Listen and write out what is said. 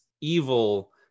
evil